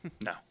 No